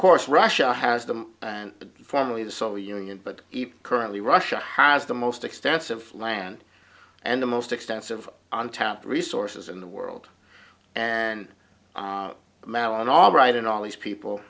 course russia has them and the family the soviet union but currently russia has the most extensive land and the most extensive untapped resources in the world and madeline albright and all these people